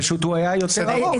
פשוט הוא היה יותר ארוך.